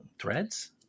Threads